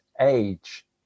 age